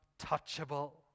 untouchable